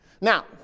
Now